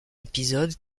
épisode